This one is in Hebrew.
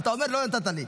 ואתה אומר: לא נתת לי.